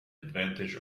advantage